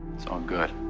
it's all good.